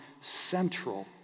central